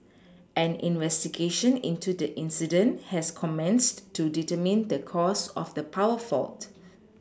an investigation into the incident has commenced to determine the cause of the power fault